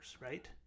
right